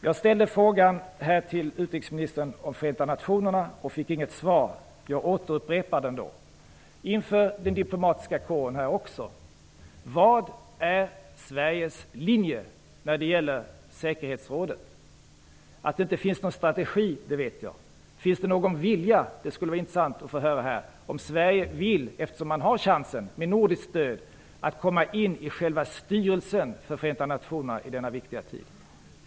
Jag ställde en fråga till utrikesministern om Förenta nationerna. Jag fick inget svar. Jag upprepar den därför inför den diplomatiska kåren här: Vilken är Sveriges linje när det gäller säkerhetsrådet? Jag vet att det inte finns någon strategi, men jag undrar om det finns någon vilja. Det skulle vara intressant att få höra om Sverige i denna viktiga tid vill komma in i själva styrelsen för Förenta nationerna. Med nordiskt stöd har man ju nu chansen att göra det.